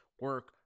Work